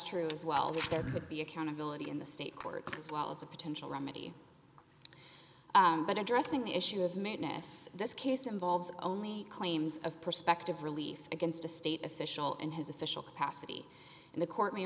true as well because there could be accountability in the state courts as well as a potential remedy but addressing the issue of madness this case involves only claims of prospective relief against a state official in his official capacity and the court m